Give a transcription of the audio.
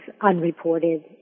unreported